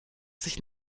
sich